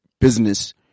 business